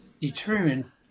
determine